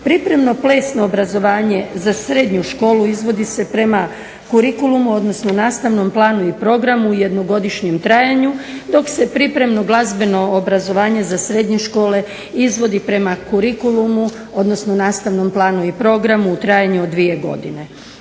Pripremno plesno obrazovanje za srednju školu izvodi se prema curicullumu, odnosno nastavnom planu i programu u jednogodišnjem trajanju dok se pripremno glazbeno obrazovanje za srednje škole izvodi prema curicullumu, odnosno nastavnom planu i programu u trajanju od 2 godine.